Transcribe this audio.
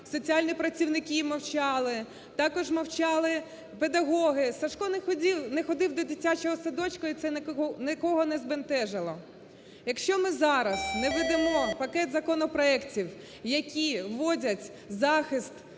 соціальні працівники мовчали, також мовчали педагоги, Сашко не ходив до дитячого садочку і це нікого не збентежило. Якщо ми зараз не введемо пакет законопроектів, які вводять захист